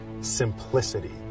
simplicity